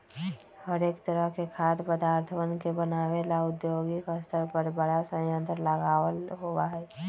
हरेक तरह के खाद्य पदार्थवन के बनाबे ला औद्योगिक स्तर पर बड़ा संयंत्र लगल होबा हई